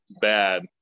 bad